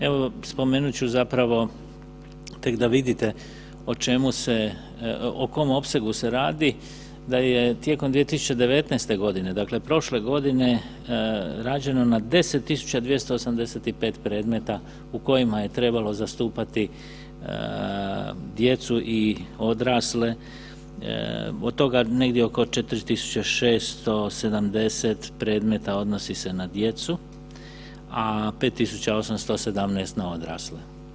Evo spomenut ću zapravo tek da vidite o kom opsegu se radi, da je tijekom 2019. godine dakle prošle godine rađeno na 10.285 predmeta u kojima je trebalo zastupati djecu i odrasle, od toga negdje oko 4.670 predmeta odnosi se na djecu, a 5.817 na odrasle.